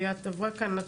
ליאת עברה כאן,